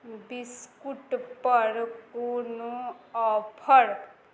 biscuit पर कोनो offer